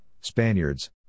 Spaniards